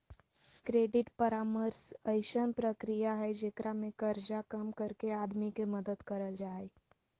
credit परामर्श अइसन प्रक्रिया हइ जेकरा में कर्जा कम करके आदमी के मदद करल जा हइ